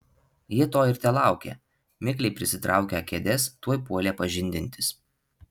jie to ir telaukė mikliai prisitraukę kėdes tuoj puolė pažindintis